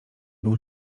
był